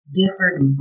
differed